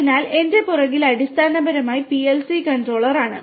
അതിനാൽ എന്റെ പുറകിൽ അടിസ്ഥാനപരമായി PLC കൺട്രോളറാണ്